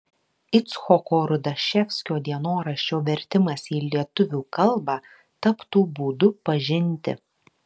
icchoko rudaševskio dienoraščio vertimas į lietuvių kalbą taptų būdu pažinti